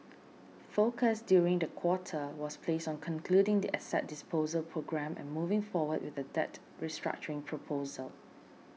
focus during the quarter was placed on concluding the asset disposal programme and moving forward with the debt restructuring proposal